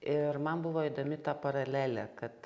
ir man buvo įdomi ta paralelė kad